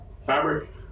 Fabric